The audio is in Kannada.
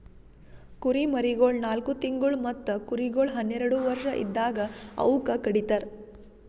ಕುರಿಮರಿಗೊಳ್ ನಾಲ್ಕು ತಿಂಗುಳ್ ಮತ್ತ ಕುರಿಗೊಳ್ ಹನ್ನೆರಡು ವರ್ಷ ಇದ್ದಾಗ್ ಅವೂಕ ಕಡಿತರ್